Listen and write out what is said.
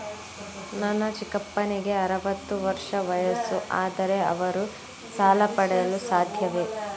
ನನ್ನ ಚಿಕ್ಕಪ್ಪನಿಗೆ ಅರವತ್ತು ವರ್ಷ ವಯಸ್ಸು, ಆದರೆ ಅವರು ಸಾಲ ಪಡೆಯಲು ಸಾಧ್ಯವೇ?